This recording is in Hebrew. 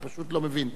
אני פשוט לא מבין.